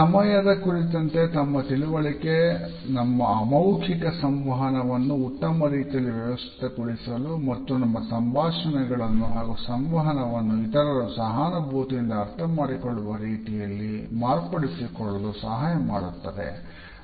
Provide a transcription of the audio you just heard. ಸಮಯದ ಕುರಿತಂತೆ ನಮ್ಮ ತಿಳುವಳಿಕೆ ನಮ್ಮ ಅಮೌಖಿಕ ಸಂವಹನವನ್ನು ಉತ್ತಮ ರೀತಿಯಲ್ಲಿ ವ್ಯವಸ್ಥಿತಗೊಳಿಸಲು ಮತ್ತು ನಮ್ಮ ಸಂಭಾಷಣೆಗಳನ್ನು ಹಾಗೂ ಸಂವಹನವನ್ನು ಇತರರು ಸಹಾನುಭೂತಿಯಿಂದ ಅರ್ಥಮಾಡಿಕೊಳ್ಳುವ ರೀತಿಯಲ್ಲಿ ಮಾರ್ಪಡಿಸಿಕೊಳ್ಳಲು ಸಹಾಯಮಾಡುತ್ತದೆ